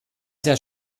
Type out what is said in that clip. sehr